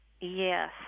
Yes